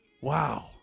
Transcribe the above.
Wow